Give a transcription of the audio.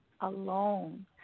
alone